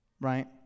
Right